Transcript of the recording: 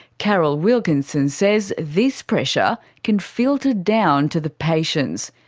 carol wilkinson says this pressure can filter down to the patients.